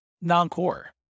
non-core